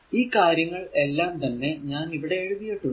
ഈ കാര്യങ്ങൾ എല്ലാം തന്നെ ഞാൻ ഇവിടെ എഴുതിയിട്ടുണ്ട്